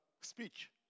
speech